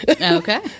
Okay